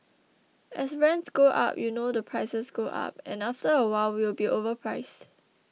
as rents go up you know the prices go up and after a while we'll be overpriced